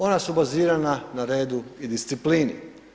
Ona su bazirana na redu i disciplini.